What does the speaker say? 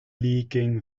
leaking